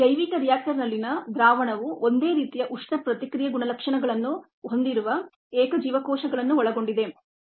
ಜೈವಿಕ ರಿಯಾಕ್ಟರ್ನಲ್ಲಿನ ದ್ರಾವಣವು ಒಂದೇ ರೀತಿಯ ಉಷ್ಣ ಪ್ರತಿಕ್ರಿಯೆ ಗುಣಲಕ್ಷಣಗಳನ್ನು ಹೊಂದಿರುವ ಏಕ ಜೀವಕೋಶಗಳನ್ನು ಒಳಗೊಂಡಿದೆ